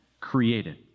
created